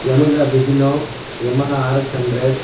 Yamaha fascino Yamaha RX hundred